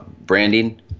branding